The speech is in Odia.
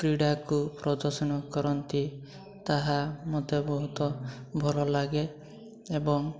କ୍ରୀଡ଼ାକୁ ପ୍ରଦର୍ଶନ କରନ୍ତି ତାହା ମୋତେ ବହୁତ ଭଲ ଲାଗେ ଏବଂ